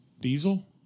Diesel